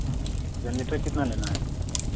generator कितना लेना है